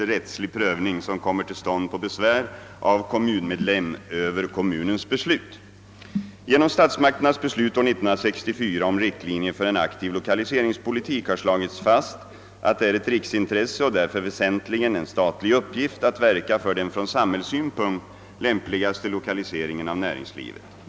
Genom statsmakternas beslut år 1964 om riktlinjer för en aktiv lokaliseringspolitik har slagits fast att det är ett riksintresse och därför väsentligen en statlig uppgift att verka för den från samhällssynpunkt lämpligaste lokaliseringen av näringslivet.